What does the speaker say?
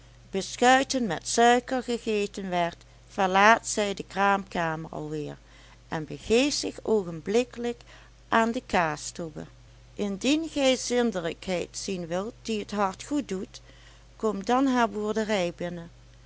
beschuiten met suiker gegeten werd verlaat zij de kraamkamer alweer en begeeft zich oogenblikkelijk aan de kaastobbe indien gij zindelijkheid zien wilt die het hart goed doet kom dan haar boerderij binnen